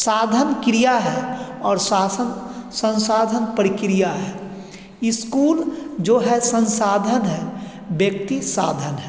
साधन क्रिया है और शासन सन्साधन प्रक्रिया है इस्कूल जो है सन्साधन है व्यक्ति साधन है